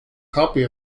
copy